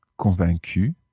convaincu